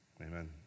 Amen